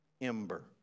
ember